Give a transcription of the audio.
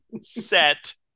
set